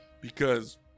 because-